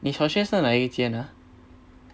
你小学是那一间啊